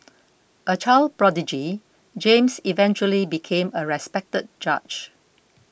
a child prodigy James eventually became a respected judge